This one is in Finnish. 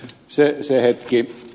nyt on se hetki